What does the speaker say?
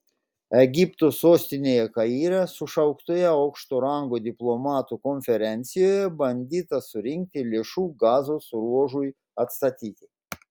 egipto sostinėje kaire sušauktoje aukšto rango diplomatų konferencijoje bandyta surinkti lėšų gazos ruožui atstatyti